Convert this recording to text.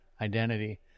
identity